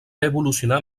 evolucionar